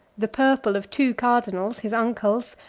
the purple of two cardinals, his uncles,